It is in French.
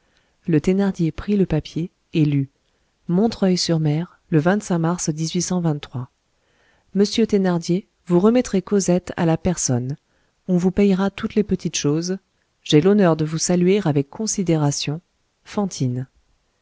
le thénardier prit le papier et lut montreuil sur mer le mars monsieur thénardier vous remettrez cosette à la personne on vous payera toutes les petites choses j'ai l'honneur de vous saluer avec considération fantine